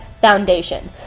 foundation